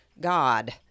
God